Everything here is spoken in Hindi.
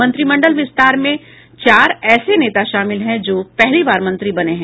मंत्रिमंडल विस्तार में चार ऐसे नेता शामिल हैं जो पहली बार मंत्री बने हैं